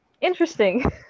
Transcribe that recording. Interesting